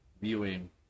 viewing